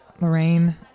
Lorraine